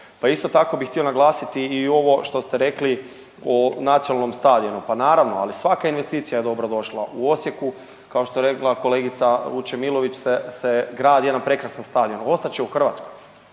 Pa isto tako bi htio naglasiti i ovo što ste rekli o nacionalnom stadionu, pa naravno ali svaka investicija je dobrodošla. U Osijeku kao što je rekla kolegica Vučemilović se gradi jedan prekrasan stadion, ostat će u Hrvatskoj